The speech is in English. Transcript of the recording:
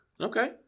Okay